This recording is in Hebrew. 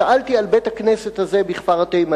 שאלתי על בית-הכנסת הזה בכפר-התימנים,